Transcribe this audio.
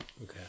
Okay